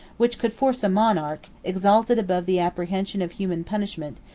which could force a monarch, exalted above the apprehension of human punishment,